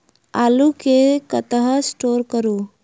आलु केँ कतह स्टोर करू?